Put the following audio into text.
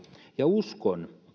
ja uskon